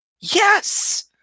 Yes